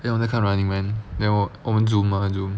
then 我在看 running man then 我我们 Zoom mah Zoom